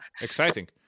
Exciting